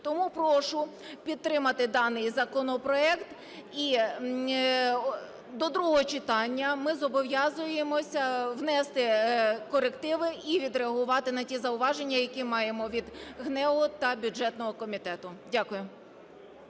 Тому прошу підтримати даний законопроект. І до другого читання ми зобов'язуємося внести корективи і відреагувати на ті зауваження, які маємо від ГНЕУ та бюджетного комітету. Дякую.